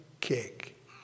kick